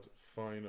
final